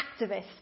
activist